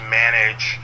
manage